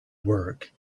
work